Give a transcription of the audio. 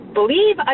believe